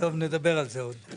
טוב נדבר על זה עוד.